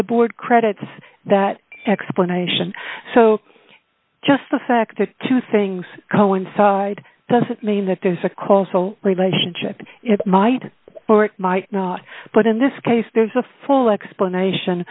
the board credits that explanation so just the fact that two things coincide doesn't mean that there's a causal relationship it might or might not but in this case there's a full explanation